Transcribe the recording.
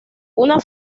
una